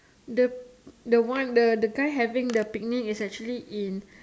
the the one the the guy having the picnic is actually in